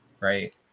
right